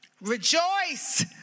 rejoice